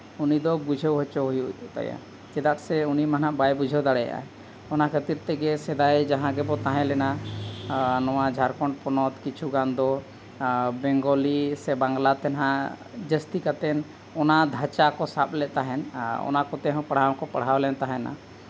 ᱩᱱᱤᱫᱚ ᱵᱩᱡᱷᱟᱹᱣ ᱦᱚᱪᱚ ᱦᱩᱭᱩᱜ ᱛᱟᱭᱟ ᱪᱮᱫᱟᱜ ᱥᱮ ᱩᱱᱤᱢᱟ ᱱᱟᱜ ᱵᱟᱭ ᱵᱩᱡᱷᱟᱹᱣ ᱫᱟᱲᱮᱭᱟᱜᱼᱟ ᱚᱱᱟ ᱠᱷᱟᱹᱛᱤᱨ ᱛᱮᱜᱮ ᱥᱮᱫᱟᱭ ᱡᱟᱦᱟᱸ ᱜᱮᱵᱚ ᱛᱟᱦᱮᱸᱞᱮᱱᱟ ᱱᱚᱣᱟ ᱡᱷᱟᱨᱠᱷᱚᱸᱰ ᱯᱚᱱᱚᱛ ᱠᱤᱪᱷᱩ ᱜᱟᱱ ᱫᱚ ᱵᱮᱝᱜᱚᱞᱤ ᱥᱮ ᱵᱟᱝᱞᱟᱛᱮ ᱱᱟᱜ ᱡᱟᱹᱥᱛᱤ ᱠᱟᱛᱮᱫ ᱚᱱᱟ ᱫᱷᱟᱪᱟ ᱠᱚ ᱥᱟᱵᱽ ᱞᱮᱫ ᱛᱟᱦᱮᱱ ᱟᱨ ᱚᱱᱟ ᱠᱚᱛᱮ ᱯᱟᱲᱦᱟᱣ ᱦᱚᱸᱠᱚ ᱯᱟᱲᱦᱟᱣ ᱞᱮᱱ ᱛᱟᱦᱮᱱᱟ